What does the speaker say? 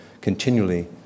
continually